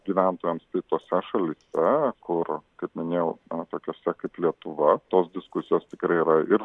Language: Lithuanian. gyventojams tai tose šalyse kur kaip minėjau tokiose kaip lietuva tos diskusijos tikrai yra ir